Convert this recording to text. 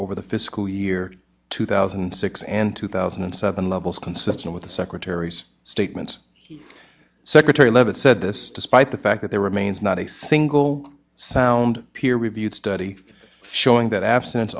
over the fiscal year two thousand and six and two thousand and seven levels consistent with the secretary's statements secretary leavitt said this despite the fact that there remains not a single sound peer reviewed study showing that abstinence